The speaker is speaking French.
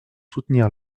soutenir